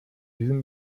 diesem